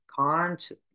Consciously